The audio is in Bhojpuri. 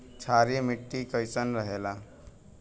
क्षारीय मिट्टी कईसन रहेला?